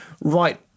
right